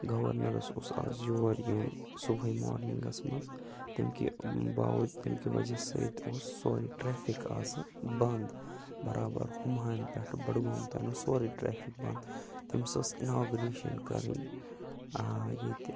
گَورنَرَس اوس آز یور یُن صُبحٲے مارنِنٛگَس منٛز تَمہِ کہِ باو تَمہِ کہِ وجہ سۭتۍ اوس سورُے ٹرٛیفِک آزٕ بنٛد برابر ہُمہامہِ پٮ۪ٹھہٕ بڈگوم تانۍ اوس سورُے ٹرٛیفِک بنٛد تٔمِس ٲسۍ اِناگوریشَن کَرٕنۍ ٲں ییٚتہِ